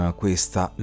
questa